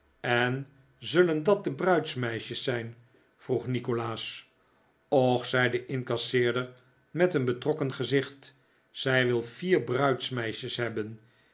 en zullen dat de bruidsmeisjes zijn vroeg nikolaas och zei de incasseerder met een betrokken gezicht zij wil vier bruidsmeisjes hebben